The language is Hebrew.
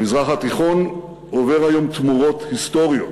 המזרח התיכון עובר היום תמורות היסטוריות.